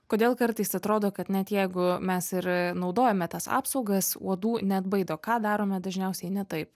kodėl kartais atrodo kad net jeigu mes ir naudojame tas apsaugas uodų neatbaido ką darome dažniausiai ne taip